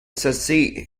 succeed